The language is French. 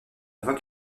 vingt